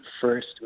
first